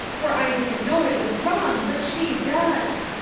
for i didn't know it was wrong but she does.